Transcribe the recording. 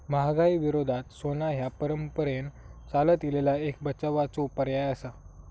महागाई विरोधात सोना ह्या परंपरेन चालत इलेलो एक बचावाचो पर्याय आसा